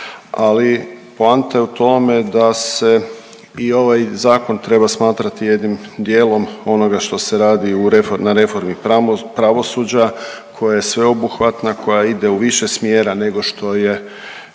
ali poanta je u tome da se i ovaj Zakon treba smatrati jednim dijelom onoga što se radi na reformi pravosuđa koje je sveobuhvatna, koja ide u više smjera nego što je